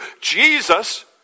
Jesus